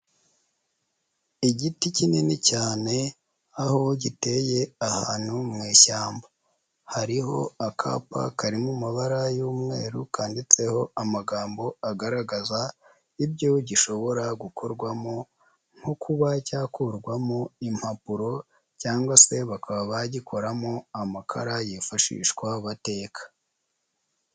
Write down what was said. Igiti kinini cyane, aho giteye ahantu mu ishyamba, hariho akapa kari mu mabara y'umweru kanditseho amagambo agaragaza ibyo gishobora gukorwamo, nko kuba cyakurwamo impapuro, cyangwase bakaba bagikoramo amakara yifashishwa bateka.